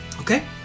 Okay